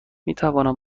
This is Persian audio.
میتوانم